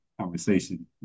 conversation